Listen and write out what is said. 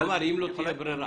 הוא אמר אם לא תהיה ברירה.